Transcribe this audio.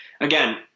again